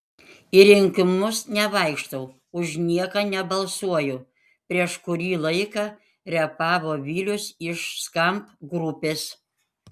į rinkimus nevaikštau už nieką nebalsuoju prieš kurį laiką repavo vilius iš skamp grupės